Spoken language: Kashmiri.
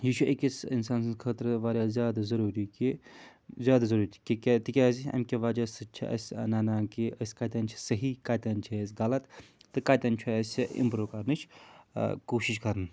یہِ چھُ أکِس اِنسان سٕنٛدِ خٲطرٕ واریاہ زیادٕ ضٔروٗری کہِ زیادٕ ضٔروٗری کہِ تِکیازِ اَمہِ کہِ وَجہ سۭتۍ چھِ اَسہِ نَنان کہِ أسۍ کَتٮ۪ن چھِ صحیح کَتٮ۪ن چھِ أسۍ غلط تہٕ کَتٮ۪ن چھُ اَسہِ اِمپرٛوٗ کَرنٕچ کوٗشِش کَرٕنۍ